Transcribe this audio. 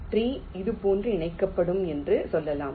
3 இதுபோன்று இணைக்கப்படும் என்று சொல்லலாம்